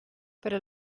però